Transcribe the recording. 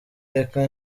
reka